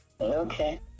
Okay